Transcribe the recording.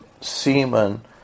semen